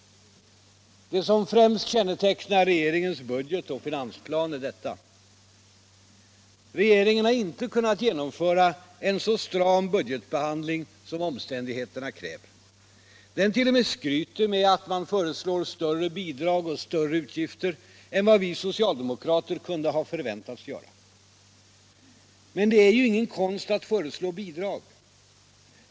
Det som främst kännetecknar regeringens budget och finansplan är detta: Regeringen har inte kunnat genomföra en så stram budgetbehandling som omständigheterna kräver. Den t.o.m. skryter med att den föreslår större bidrag och utgifter än vad vi socialdemokrater kunde ha förväntats göra. Men det är ju ingen konst att föreslå bidrag.